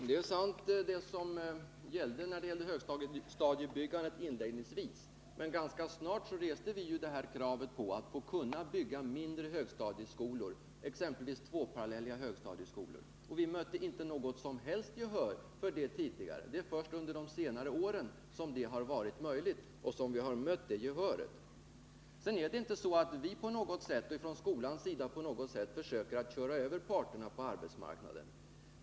Herr talman! Det är sant att denna konstruktion inledningsvis präglade högstadiebebyggandet. Men ganska snart reste vi kravet att kunna få bygga mindre högstadieskolor, exempelvis tvåparallelliga sådana, och det kravet mötte vi inget som helst gehör för. Det är först under senare år som vi har fått något sådant gehör. Vi försöker vidare inte från skolhåll köra över parterna på arbetsmarknaden.